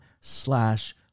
slash